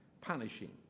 punishing